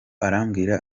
arambwira